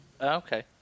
Okay